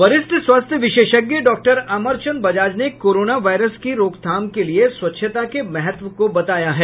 वरिष्ठ स्वास्थ्य विशेषज्ञ डॉक्टर अमरचंद बजाज ने कोरोना वायरस के रोकथाम के लिए स्वच्छता के महत्व को बताया है